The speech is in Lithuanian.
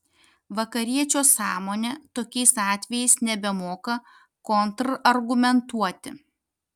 vakariečio sąmonė tokiais atvejais nebemoka kontrargumentuoti